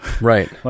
Right